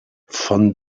von